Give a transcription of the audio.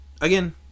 Again